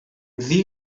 ddi